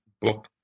book